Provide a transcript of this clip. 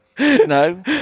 No